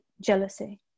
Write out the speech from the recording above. jealousy